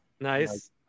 Nice